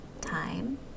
time